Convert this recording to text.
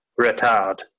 retard